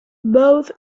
both